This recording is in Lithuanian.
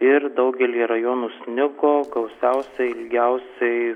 ir daugelyje rajonų snigo gausiausiai ilgiausiai